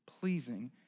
pleasing